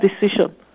decision